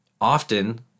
often